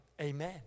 amen